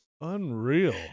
unreal